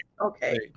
Okay